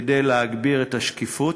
כדי להגביר את השקיפות,